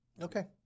Okay